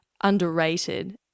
underrated